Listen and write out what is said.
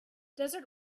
desert